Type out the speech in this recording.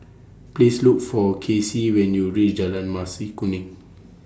Please Look For Casey when YOU REACH Jalan Mas Kuning